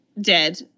dead